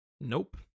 nope